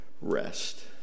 rest